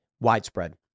widespread